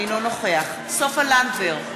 אינו נוכח סופה לנדבר,